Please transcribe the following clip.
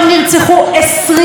עכשיו, מה מדהים, אדוני היושב-ראש?